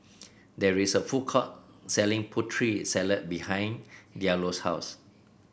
there is a food court selling Putri Salad behind Diallo's house